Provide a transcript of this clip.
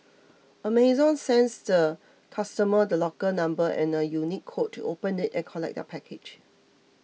Amazon sends the customer the locker number and a unique code to open it and collect their package